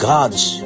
God's